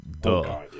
duh